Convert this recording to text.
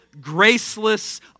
graceless